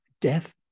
death